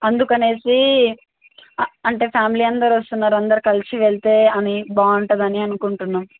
అందుకని అంటే ఫ్యామిలీ అందరు వస్తున్నారు అందరు కలిసి వెళ్తే అని బాగుంటుంది అని అనుకుంటున్నాం